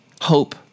hope